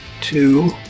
two